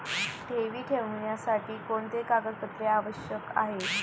ठेवी ठेवण्यासाठी कोणते कागदपत्रे आवश्यक आहे?